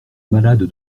malade